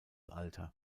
alter